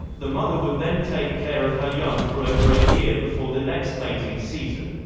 the mother would then take care of her young for over a year before the next mating season.